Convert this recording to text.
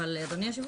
אבל אדוני היו"ר,